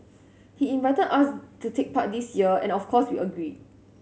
he invited us to take part this year and of course we agreed